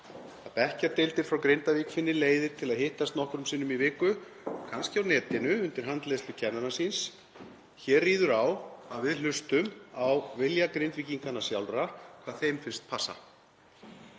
að bekkjardeildir frá Grindavík finni leiðir til að hittast nokkrum sinnum í viku, kannski á netinu undir handleiðslu kennarans síns. Hér ríður á að við hlustum á vilja Grindvíkinga sjálfra og hvað þeim finnst passa.